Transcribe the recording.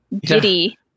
giddy